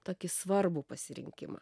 tokį svarbų pasirinkimą